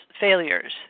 failures